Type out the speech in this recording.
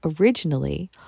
originally